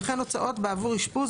וכן הוצאות בעבור אשפוז,